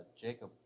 Jacob